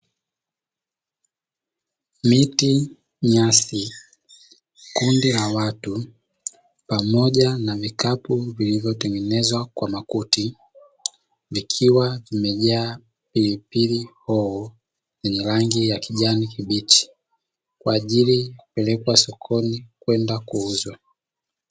Miti, nyasi, kundi la watu pamoja na vikapu vilivyotengenezwa kwa makuti; vikiwa vimejaa pilipili hoho zenye rangi ya kijani kibichi kwa ajili ya kupelekwa sokoni kwenda kuuzwa.